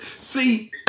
See